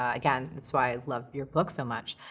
again, that's why i love your book so much.